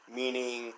meaning